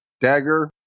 dagger